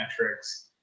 metrics